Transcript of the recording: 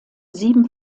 sieben